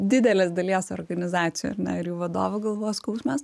didelės dalies organizacijų ar ne ir jų vadovų galvos skausmas